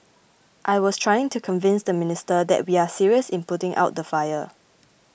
I was trying to convince the minister that we are serious in putting out the fire